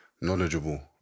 knowledgeable